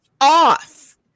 off